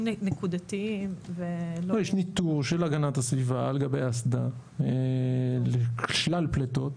--- יש ניטור של הגנת הסביבה על גבי האסדה לשלל פליטות.